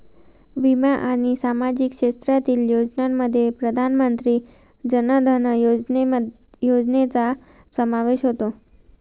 विमा आणि सामाजिक क्षेत्रातील योजनांमध्ये प्रधानमंत्री जन धन योजनेचा समावेश होतो